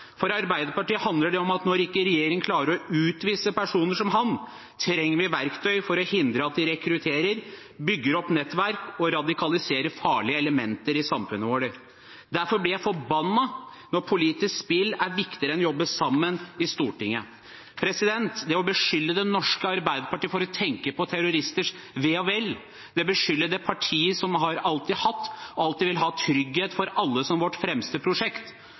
For Arbeiderpartiet handler det om at når regjeringen ikke klarer å utvise personer som han, trenger vi verktøy for å hindre at de rekrutterer, bygger opp nettverk og radikaliserer farlige elementer i samfunnet vårt. Derfor blir jeg forbannet når politisk spill er viktigere enn å jobbe sammen i Stortinget, og når man beskylder Det norske Arbeiderparti for å tenke på terroristers ve og vel – partiet som alltid har hatt og alltid vil ha trygghet for alle som sitt fremste prosjekt.